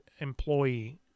employee